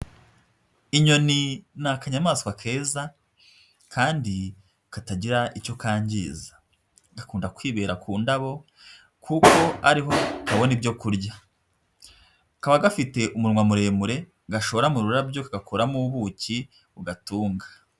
Inyoni ni akanyamaswa keza kandi katagira icyo kangiza gakunda kwibera ku ndabo kuko ari ho kabona ibyo kurya, kaba gafite umunwa muremure gashora mu rurabyo, kagakuramo ubuki bugatunga.